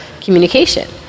communication